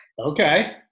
Okay